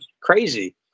crazy